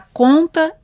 conta